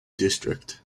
district